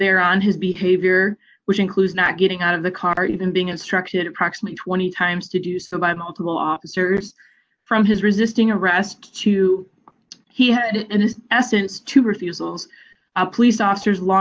there on his behavior which includes not getting out of the car even being instructed approximately twenty times to do so by multiple officers from his resisting arrest to he had and in essence to refusals the police officers law